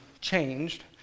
changed